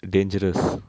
dangerous